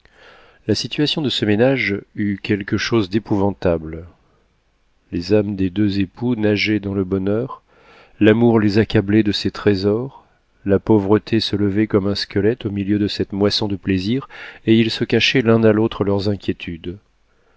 la situation de ce ménage eut quelque chose d'épouvantable les âmes des deux époux nageaient dans le bonheur l'amour les accablait de ses trésors la pauvreté se levait comme un squelette au milieu de cette moisson du plaisir et ils se cachaient l'un à l'autre leurs inquiétudes